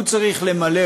הוא צריך למלא,